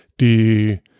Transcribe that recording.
die